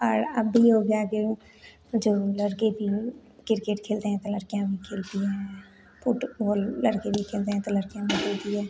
और अभी हो गया गेम जो लड़के भी क्रिकेट खेलते हैं तो लड़कियाँ भी खेलती हैं फुटबॉल लड़के भी खेलते हैं तो लड़कियाँ भी खेलती है